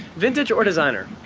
vintage or designer?